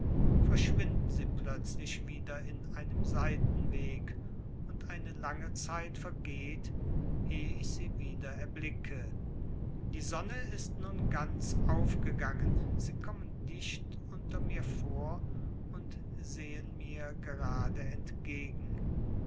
verschwinden sie plötzlich wieder in einem seitenweg und eine lange zeit vergeht ehe ich sie wieder erblicke die sonne ist nun ganz aufgegangen sie kommen dicht unter mir vor und sehen mir gerade entgegen